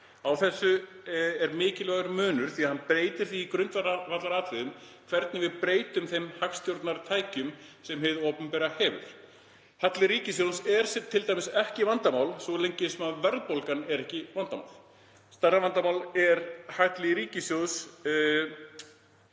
Á þessu er mikilvægur munur því að hann breytir því í grundvallaratriðum hvernig við beitum þeim hagstjórnartækjum sem hið opinbera hefur. Halli ríkissjóðs er t.d. ekki vandamál svo lengi sem verðbólgan er ekki vandamál. Stærra vandamál en halli ríkissjóðs